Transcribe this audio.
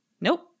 Nope